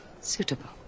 suitable